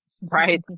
Right